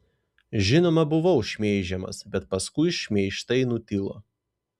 žinoma buvau šmeižiamas bet paskui šmeižtai nutilo